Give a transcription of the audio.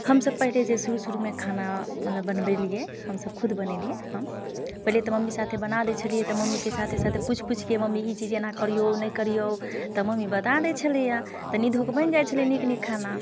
हमसब पहिले जे शुरू शुरूमे खाना मतलब बनबेलियै हमसब खुद बनेलियै हम पहिले तऽ मम्मी साथे बना दै छलियै तऽ मम्मीके साथे साथे पुछि पुछिके मम्मी ई चीज एना करिऔ नहि करिऔ तऽ मम्मी बता दइ छलैया तऽ नीधुक बनि जाइत छलै नीक नीक खाना